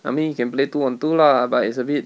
I mean you can play two on two lah but it's a bit